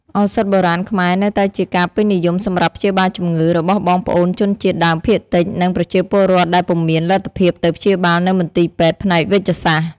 ឱសថបុរាណខ្មែរ នៅតែជាការពេញនិយមសម្រាប់ព្យាបាលជំងឺ របស់បងប្អូនជនជាតិដើមភាគតិច និង ប្រជាពលរដ្ឋដែលពុំមានលទ្ធភាពទៅព្យាបាលនៅមន្ទីរពេទ្យផ្នែកវេជ្ជសាស្រ្ត។